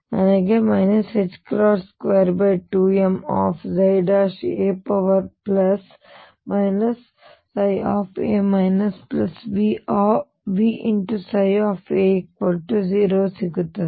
ಹಾಗಾಗಿ ನನಗೆ 22ma a Vψa0 ಸಿಗುತ್ತದೆ